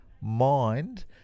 mind